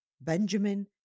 Benjamin